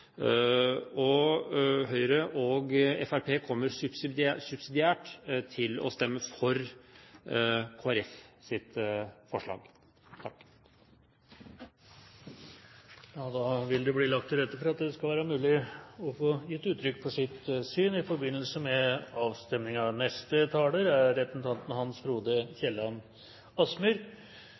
kommer. Høyre og Fremskrittspartiet kommer subsidiært til å stemme for Kristelig Folkepartis forslag. Da vil det bli lagt til rette for at det skal være mulig å få gitt uttrykk for sitt syn i forbindelse med avstemningen. Neste taler er representanten Hans